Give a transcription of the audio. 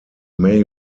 may